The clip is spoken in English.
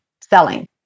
selling